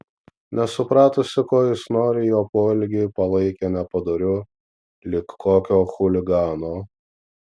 nesupratusi ko jis nori jo poelgį palaikė nepadoriu lyg kokio chuligano